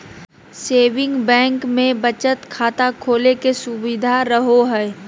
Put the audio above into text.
saving bank मे बचत खाता खोले के सुविधा रहो हय